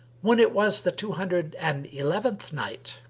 when it was the two hundred and eleventh night,